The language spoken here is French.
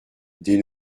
des